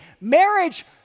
Marriage